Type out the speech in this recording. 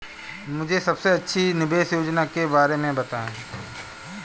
मुझे सबसे अच्छी निवेश योजना के बारे में बताएँ?